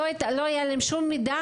לא היה להם שום מידע,